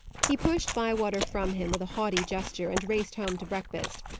he pushed bywater from him with a haughty gesture, and raced home to breakfast,